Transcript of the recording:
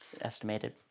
estimated